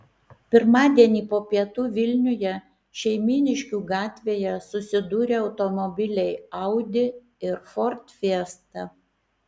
pirmadienį po pietų vilniuje šeimyniškių gatvėje susidūrė automobiliai audi ir ford fiesta